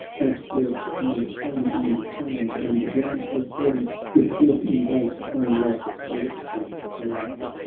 that worked and sang and charmed and round her form with warm embrace, clung like celestial robe.